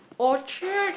Orchard